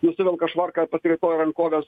nusivelka švarką pasiraitoja rankoves